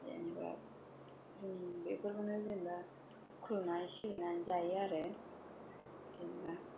जेनबा जों बेफोरखौनो जेनेबा खुलुमनाय सिबिनाय जायो आरो जोंना